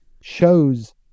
shows